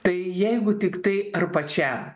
tai jeigu tiktai ar pačiam